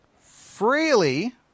freely